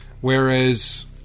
whereas